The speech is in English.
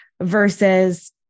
versus